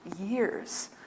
Years